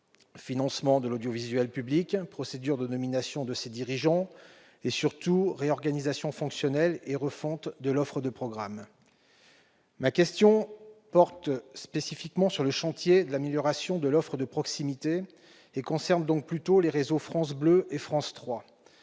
financement de l'audiovisuel public, procédure de nomination de ses dirigeants et, surtout, réorganisation fonctionnelle et refonte de l'offre de programmes. Ma question porte spécifiquement sur le chantier de l'amélioration de l'offre de proximité et concerne plutôt les réseaux France Bleu et France 3,